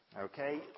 Okay